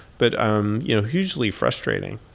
but um you know hugely frustrating.